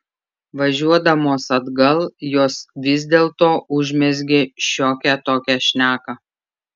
važiuodamos atgal jos vis dėlto užmezgė šiokią tokią šneką